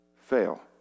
fail